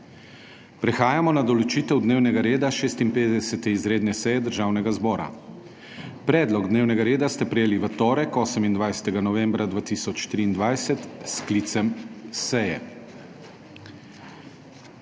Prehajamo na **določitev dnevnega reda** 56. izredne seje Državnega zbora. Predlog dnevnega reda ste prejeli v torek, 28. novembra 2023 s sklicem seje.